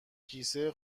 کیسه